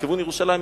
לכיוון ירושלים,